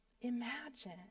Imagine